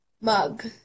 Mug